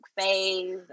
phase